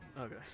okay